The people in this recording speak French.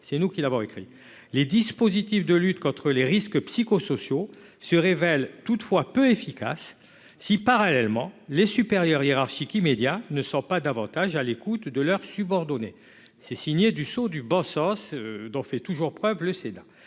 Il indiquait également que les dispositifs de lutte contre les risques psychosociaux se révèlent toutefois peu efficaces si, parallèlement, les supérieurs hiérarchiques immédiats ne sont pas davantage à l'écoute de leurs subordonnés. C'est marqué au coin du bon sens dont fait toujours preuve le Sénat.